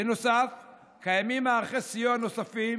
בנוסף קיימים מערכי סיוע נוספים